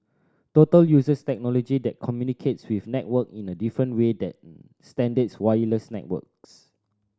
total uses technology that communicates with network in a different way than standard wireless networks